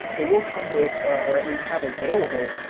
they will come with, or at least have available,